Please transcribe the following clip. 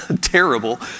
terrible